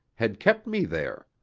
had kept me there.